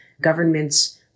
governments